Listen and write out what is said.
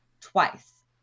twice